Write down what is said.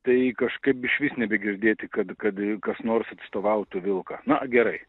tai kažkaip išvis nebe girdėti kad kad kas nors atstovautų vilką na gerai